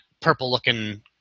purple-looking